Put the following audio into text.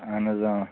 اَہَن حظ